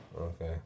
okay